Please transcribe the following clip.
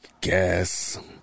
guess